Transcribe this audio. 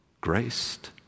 graced